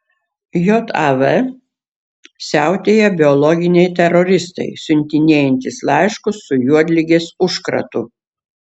jav siautėja biologiniai teroristai siuntinėjantys laiškus su juodligės užkratu